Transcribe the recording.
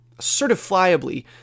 certifiably